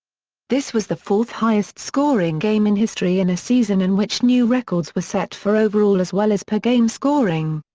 this was the fourth highest-scoring game in history in a season in which new records were set for overall as well as per-game scoring.